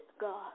God